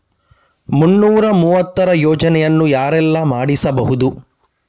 ಮುನ್ನೂರ ಮೂವತ್ತರ ಯೋಜನೆಯನ್ನು ಯಾರೆಲ್ಲ ಮಾಡಿಸಬಹುದು?